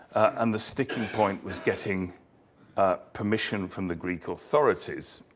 and the sticking point was getting ah permission from the greek authorities.